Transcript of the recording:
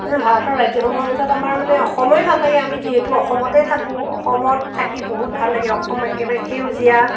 এই ভাৰতৰ ৰাজ্যসমূহৰ ভিতৰত আমাৰ মানে অসমেই ভাল লাগে আমি যিহেতু অসমতে থাকোঁ অসমত থাকি বহুত ভাল লাগে অসম একেবাৰে সেউজীয়া